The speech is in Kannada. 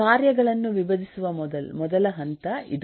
ಕಾರ್ಯಗಳನ್ನು ವಿಭಜಿಸುವ ಮೊದಲ ಹಂತ ಇದು